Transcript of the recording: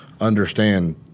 understand